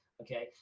Okay